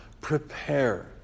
prepare